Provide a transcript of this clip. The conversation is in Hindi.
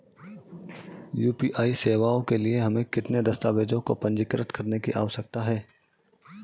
यू.पी.आई सेवाओं के लिए हमें किन दस्तावेज़ों को पंजीकृत करने की आवश्यकता है?